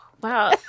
Wow